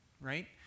right